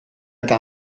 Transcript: eta